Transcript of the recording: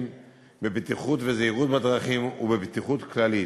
בבטיחות וזהירות בדרכים ובבטיחות כללית.